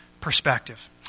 perspective